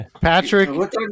Patrick